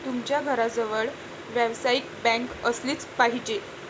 तुमच्या घराजवळ व्यावसायिक बँक असलीच पाहिजे